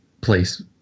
place